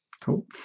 Cool